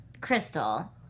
Crystal